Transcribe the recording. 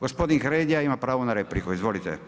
Gospodin Hrelja ima pravo na repliku, izvolite.